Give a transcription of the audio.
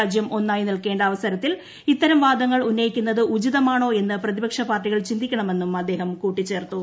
രാജ്യം ഒന്നായി നിൽക്കേണ്ട അവസരത്തിൽ ഇത്തരം വാദങ്ങൾ ഉന്നയിക്കുന്നത് ഉചിതമാണോ എന്ന് പ്രതിപക്ഷ പാർട്ടികൾ ചിന്തിക്കണമെന്നും അദ്ദേഹം കൂട്ടിച്ചേർത്തു